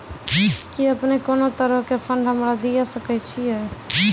कि अपने कोनो तरहो के फंड हमरा दिये सकै छिये?